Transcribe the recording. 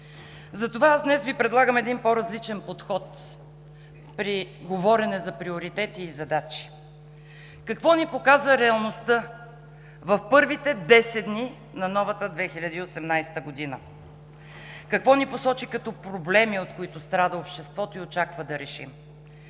Затова днес Ви предлагам един по-различен подход при говорене за приоритети и задачи. Какво ни показа реалността в първите десет дни на новата 2018 година, какво ни посочи като проблеми, от които страда обществото и очаква да решим?